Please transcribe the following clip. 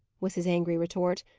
was his angry retort.